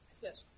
Yes